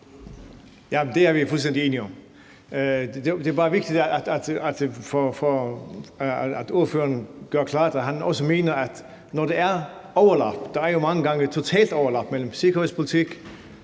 (JF): Det er vi fuldstændig enige om. Det er bare vigtigt, at ordføreren gør klart, at han også mener, at når der er overlap – der er jo mange gange et totalt overlap mellem sikkerhedspolitik,